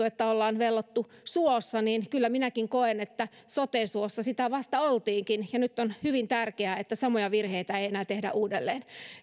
että ollaan vellottu suossa niin kyllä minäkin koen että sote suossa sitä vasta oltiinkin ja nyt on hyvin tärkeää että samoja virheitä ei ei enää tehdä uudelleen